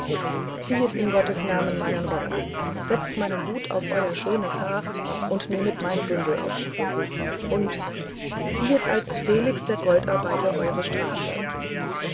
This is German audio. ziehet in gottes namen meinen rock an setzet meinen hut auf euer schönes haar und nehmet meinen bündel auf den rücken und ziehet als felix der goldarbeiter eure straße